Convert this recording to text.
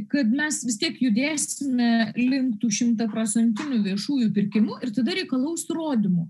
kad mes vis tiek judėsime link tų šimtaprocentinių viešųjų pirkimų ir tada reikalaus įrodymų